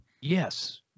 Yes